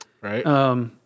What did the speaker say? Right